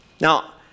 Now